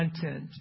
content